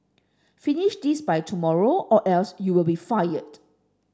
finish this by tomorrow or else you'll be fired